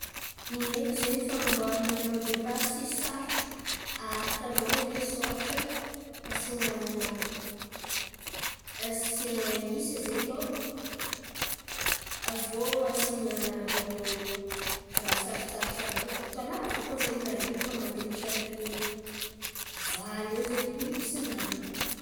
Ny haiko zen̈y fan̈amboarana mô de pasy sarotra. Aharakanao zen̈y sôratra asian̈a, asian̈a isa zen̈y ao aviô asian̈a rô raha sarotsarotro àby io atao lava koa zen̈y raha io. Atao mandilatran'ny valo iô zen̈y isanany.